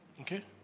Okay